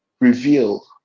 reveal